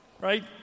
right